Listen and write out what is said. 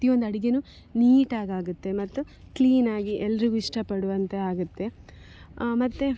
ಪ್ರತಿಯೊಂದು ಅಡ್ಗೆಯೂ ನೀಟಾಗಾಗುತ್ತೆ ಮತ್ತು ಕ್ಲೀನಾಗಿ ಎಲ್ಲರಿಗೂ ಇಷ್ಟಪಡುವಂತೆ ಆಗುತ್ತೆ ಮತ್ತು